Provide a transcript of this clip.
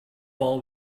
ball